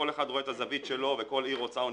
כל אחד רואה את הזווית שלו וכל עיר רוצה אוניברסיטה,